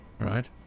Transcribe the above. Right